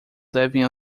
devem